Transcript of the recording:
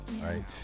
right